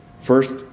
First